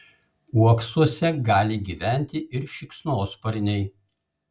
uoksuose gali gyventi ir šikšnosparniai